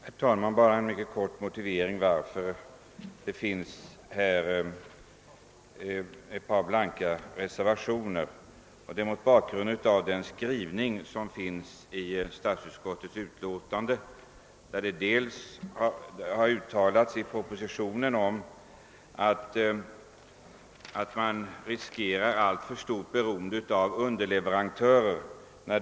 Herr talman! Bara en kort motivering till att det fogats några blanka reservationer till detta utlåtande. Det har uttalats i propositionen beträffande inköpen av de här bolagen att man riskerar ett allt för stort beroende av underleverantörer.